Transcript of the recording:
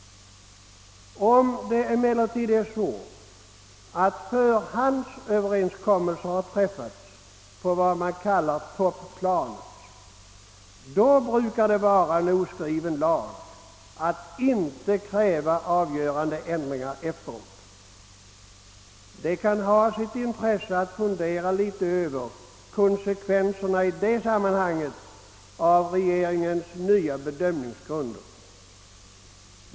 Om det emellertid är så att förhandsöverenskommelser har träffats på det man kallar topplanet brukar det vara en oskriven lag att inte kräva avgörande ändringar efteråt. Det kan vara av intresse att fundera något över konsekvenserna i dylika sammanhang av regeringens nya bedömningsgrunder.